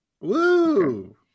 Woo